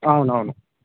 అవునవును